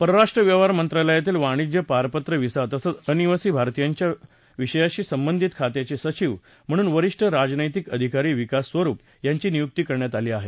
परराष्ट्र व्यवहार मंत्रालयातील वाणिज्य पारपत्र व्हिसा तसंच अनिवासी भारतीयांच्या विषयाशी संबंधित खात्याचे सचिव म्हणून वरिष्ठ राजनैतिक अधिकारी विकास स्वरूप यांची नियुक्ती करण्यात आली आहे